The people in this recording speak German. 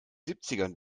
siebzigern